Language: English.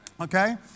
Okay